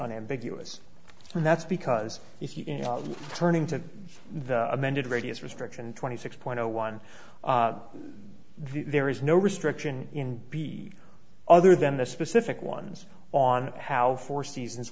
unambiguous and that's because he's turning to the amended radius restriction twenty six point zero one there is no restriction in the other than the specific ones on how four seasons